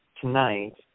tonight